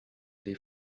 they